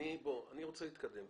אני רוצה להתקדם.